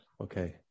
Okay